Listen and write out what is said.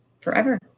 forever